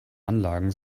anlagen